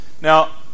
Now